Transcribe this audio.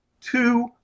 two